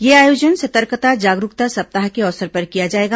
यह आयोजन सतर्कता जागरूकता सप्ताह के अवसर पर किया जाएगा